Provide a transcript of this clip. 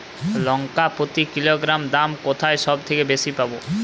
লঙ্কা প্রতি কিলোগ্রামে দাম কোথায় সব থেকে বেশি পাব?